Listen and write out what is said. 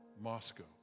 Moscow